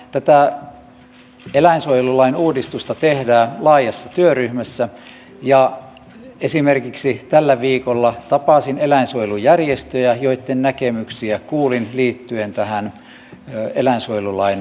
tätä eläinsuojelulain uudistusta tehdään laajassa työryhmässä ja esimerkiksi tällä viikolla tapasin eläinsuojelujärjestöjä joitten näkemyksiä kuulin liittyen tähän eläinsuojelulain valmisteluun